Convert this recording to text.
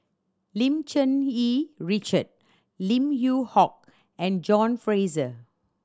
Lim Cherng Yih Richard Lim Yew Hock and John Fraser